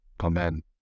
Amen